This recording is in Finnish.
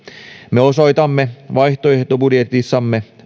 me osoitamme vaihtoehtobudjetissamme